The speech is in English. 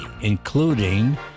including